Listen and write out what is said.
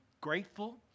grateful